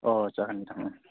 अ जागोन मेडाम